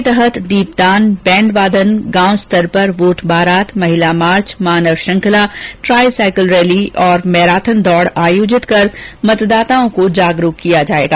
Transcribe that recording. इस सप्ताह के दौरान दीपदान बैंड वादन गांव स्तर पर वोट बारात महिला मार्च मानव श्रृंखला ट्राई साईकिल रैली और मैराथन दौड़ आयोजित कर मतदाओं को जागरूक किया जाएगा